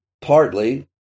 partly